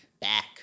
Back